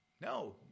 No